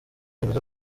bemeza